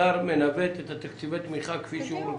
שר מנווט את תקציבי התמיכה כפי שהוא רוצה,